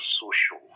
social